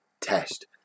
test